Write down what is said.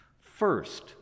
First